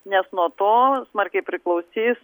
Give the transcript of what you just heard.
nes nuo to smarkiai priklausys